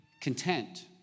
content